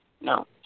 No